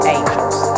Angels